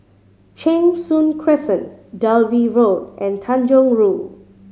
Cheng Soon Crescent Dalvey Road and Tanjong Rhu